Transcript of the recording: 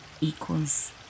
equals